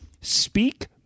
Speak